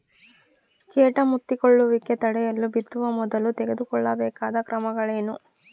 ಕೇಟ ಮುತ್ತಿಕೊಳ್ಳುವಿಕೆ ತಡೆಯಲು ಬಿತ್ತುವ ಮೊದಲು ತೆಗೆದುಕೊಳ್ಳಬೇಕಾದ ಕ್ರಮಗಳೇನು?